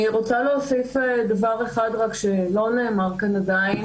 אני רוצה להוסיף דבר שלא נאמר כאן עדיין,